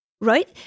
right